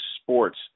sports